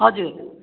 हजुर